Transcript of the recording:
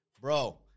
Bro